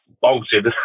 bolted